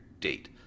date